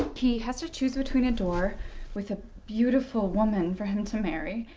he has to choose between a door with a beautiful woman for him to marry.